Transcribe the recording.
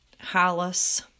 Hollis